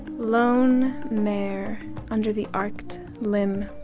lone mare under the arched limb.